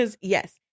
Yes